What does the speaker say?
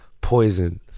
Poison